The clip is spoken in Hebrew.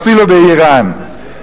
ואפילו אירן.